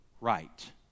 right